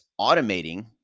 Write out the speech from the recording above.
automating